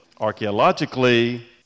archaeologically